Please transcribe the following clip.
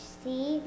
see